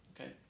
okay